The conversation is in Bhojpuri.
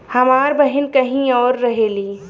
हमार बहिन कहीं और रहेली